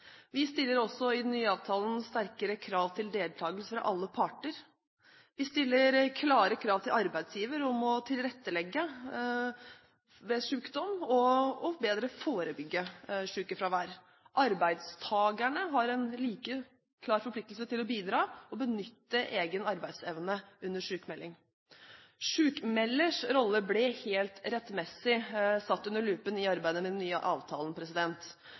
Vi stiller også i den nye avtalen sterkere krav til deltakelse fra alle parter. Vi stiller klare krav til arbeidsgiverne om å tilrettelegge ved sykdom og bedre forebygge sykefravær. Arbeidstakerne har en like klar forpliktelse til å bidra, og benytte egen arbeidsevne under sykmelding. Sykmelders rolle ble helt rettmessig satt under lupen i arbeidet med den nye avtalen.